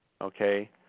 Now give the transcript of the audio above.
Okay